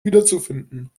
wiederzufinden